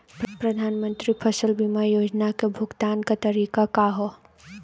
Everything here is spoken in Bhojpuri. प्रधानमंत्री फसल बीमा योजना क भुगतान क तरीकाका ह?